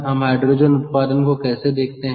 हम हाइड्रोजन उत्पादन को कैसे देखते हैं